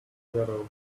shadow